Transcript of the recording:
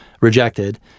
rejected